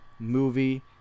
movie